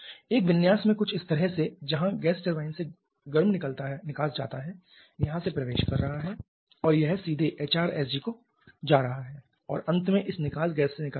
एक विन्यास में कुछ इस तरह से जहाँ गैस टरबाइन से गर्म निकास जाता है यहाँ से प्रवेश कर रहा है और यह सीधे एचआरएसजी को जा रहा है और अंत में इस निकास गैस से निकल रहा है